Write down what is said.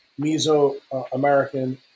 Mesoamerican